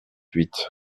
huit